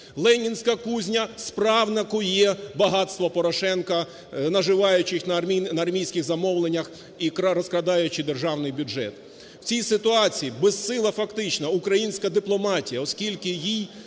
"Ленінська кузня" справно кує багатство Порошенка, наживаючись на армійських замовленнях і розкрадаючи державний бюджет. В цій ситуації безсила фактично українська дипломатія, оскільки їй